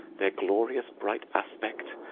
their glorious bright aspect,